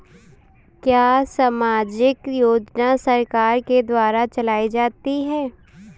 क्या सामाजिक योजना सरकार के द्वारा चलाई जाती है?